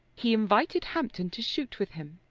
he invited hampton to shoot with him.